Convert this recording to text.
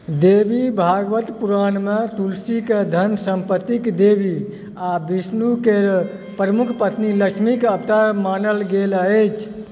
देवी भागवत पुराणमे तुलसीके धन सम्पत्तिक देवी आ विष्णुके प्रमुख पत्नी लक्ष्मीक अवतार मानल गेल अछि